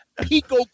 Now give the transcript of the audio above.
Pico